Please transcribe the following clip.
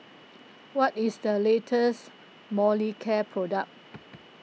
what is the latest Molicare product